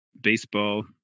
baseball